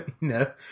no